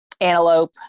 antelope